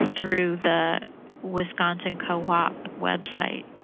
and through the wisconsin co-op website.